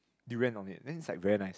durian on it then it's like very nice